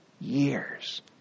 years